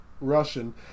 Russian